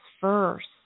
first